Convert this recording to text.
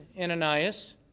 Ananias